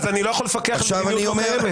אז אני לא יכול לפקח על מדיניות לא קיימת.